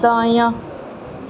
دایاں